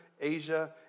Asia